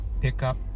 pickup